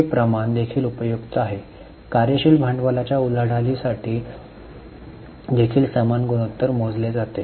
हे प्रमाण देखील उपयुक्त आहे आणि कार्यशील भांडवलाच्या उलाढालीसाठी देखील समान गुणोत्तर मोजले जाते